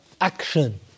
action